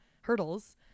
hurdles